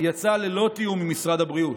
יצא ללא תיאום עם משרד הבריאות,